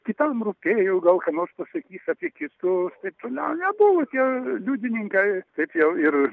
kitam rūpėjo gal ką nors pasakys apie kitus taip toliau nebuvo tie liudininkai taip jau ir